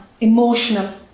emotional